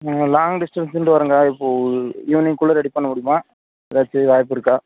நாங்கள் லாங் டிஸ்டன்ஸ்லிருந்து வரோம்க்கா இப்போதுப ஈவினிங்க்குள்ள ரெடி பண்ண முடியுமா ஏதாச்சும் வாய்ப்பிருக்கா